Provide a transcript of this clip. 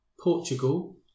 Portugal